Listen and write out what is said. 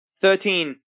Thirteen